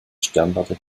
sternwarte